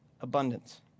abundance